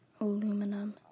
aluminum